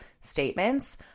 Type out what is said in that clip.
statements